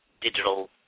digital